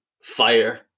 fire